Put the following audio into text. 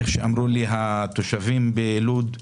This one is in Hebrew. כפי שאמרו לי התושבים בלוד,